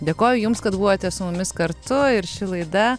dėkoju jums kad buvote su mumis kartu ir ši laida